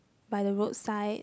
by the roadside